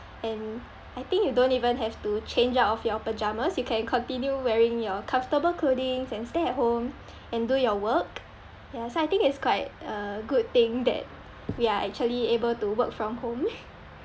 and I think you don't even have to change out of your pyjamas you can continue wearing your comfortable clothings and stay at home and do your work ya so I think it's quite a good thing that we are actually able to work from home